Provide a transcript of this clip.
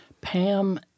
Pam